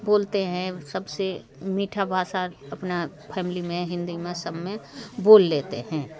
बोलते हैं सबसे मीठा भाषा अपना फ़ैमली में हिंदी में सब में बोल लेते हैं